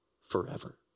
forever